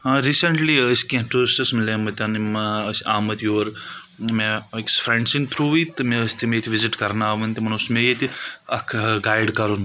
recently ٲسۍ کینٛہہ tourists مِلے مٕتۍ یِم ٲسۍ آمٕتۍ یور مےٚ أکِس فرٛؠنٛڈ سٕندِۍ تھرٛوٗوٕے تہٕ مےٚ ٲسۍ تِم ییٚتہِ وِزِٹ کَرناوٕنۍ تِمن اوس مےٚ ییٚتہِ اکھ گایِڈ کَرُن